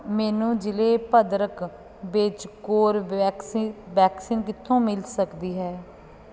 ਮੈਨੂੰ ਜ਼ਿਲ੍ਹੇ ਭਦਰਕ ਵਿੱਚ ਕੋਰਵੈਕਸ ਵੈਕਸੀਨ ਕਿੱਥੋਂ ਮਿਲ ਸਕਦੀ ਹੈ